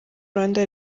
rwanda